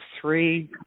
three